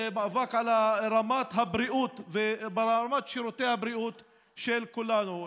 זה מאבק על רמת הבריאות ורמת שירותי הבריאות של כולנו.